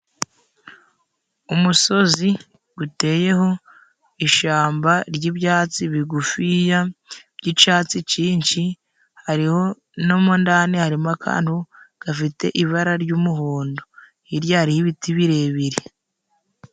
Umusozi guteyeho ishamba ry'ibyatsi bigufiya by'icatsi cinshi hariho no mondani harimo akantu gafite ibara ry'umuhondo hirya hari y'ibiti birebire.